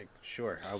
Sure